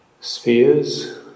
spheres